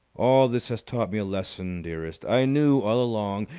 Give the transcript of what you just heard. all this has taught me a lesson, dearest. i knew all along,